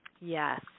Yes